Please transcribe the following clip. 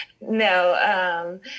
No